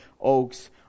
oaks